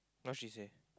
what she say